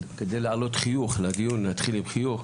כדי להעלות חיוך בדיון, נתחיל עם חיוך,